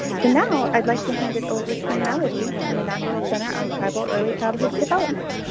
so now i'd like to hand it over to melody from the national center on tribal early childhood development.